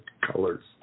colors